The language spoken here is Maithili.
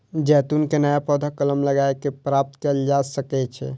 जैतून के नया पौधा कलम लगाए कें प्राप्त कैल जा सकै छै